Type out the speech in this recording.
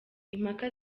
impaka